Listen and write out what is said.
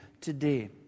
today